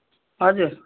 हजुर